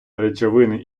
речовини